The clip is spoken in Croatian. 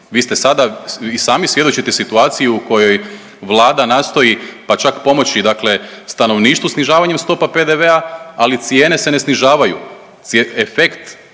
Vi ste sada i sami svjedočite situaciji u kojoj vlada nastoji pa čak pomoći dakle stanovništvu snižavanjem stopa PDV-a, ali cijene se ne snižavaju. Efekt